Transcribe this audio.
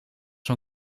van